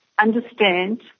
understand